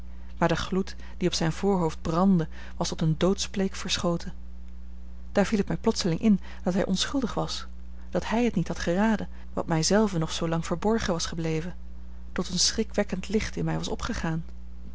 maar de gloed die op zijn voorhoofd brandde was tot een doodsbleek verschoten daar viel het mij plotseling in dat hij onschuldig was dat hij het niet had geraden wat mij zelve nog zoo lang verborgen was gebleven tot een schrikwekkend licht in mij was opgegaan